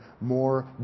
more